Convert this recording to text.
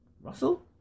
Russell